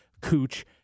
Cooch